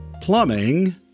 Plumbing